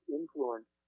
influence